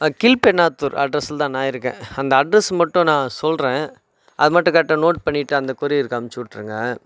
கீழ்பென்னாத்தூர் அட்ரஸில் தான் நான் இருக்கேன் அந்த அட்ரஸ் மட்டும் நான் சொல்கிறேன் அது மட்டும் கரெக்டாக நோட் பண்ணிட்டு அந்த கொரியருக்கு அனுப்பிச்சி விட்ருங்க